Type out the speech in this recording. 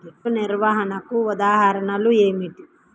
తెగులు నిర్వహణకు ఉదాహరణలు ఏమిటి?